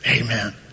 Amen